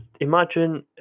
imagine